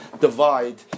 divide